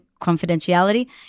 confidentiality